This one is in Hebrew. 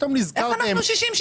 פתאום נזכרתם --- איך אנחנו 60-60?